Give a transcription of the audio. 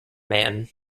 man